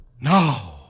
Now